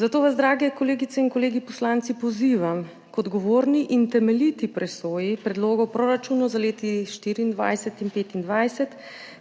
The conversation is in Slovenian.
Zato vas, dragi kolegice in kolegi poslanci, pozivam k odgovorni in temeljiti presoji predlogov proračunov za leti 2024 in 2025,